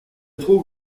trop